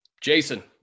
Jason